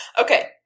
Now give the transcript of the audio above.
Okay